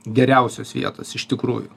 geriausios vietos iš tikrųjų